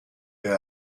per